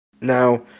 Now